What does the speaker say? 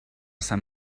sant